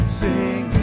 sing